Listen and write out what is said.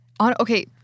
okay